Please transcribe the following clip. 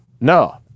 No